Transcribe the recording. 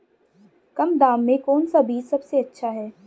कम दाम में कौन सा बीज सबसे अच्छा है?